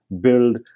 build